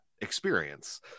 experience